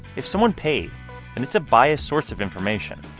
if someone paid and it's a biased source of information,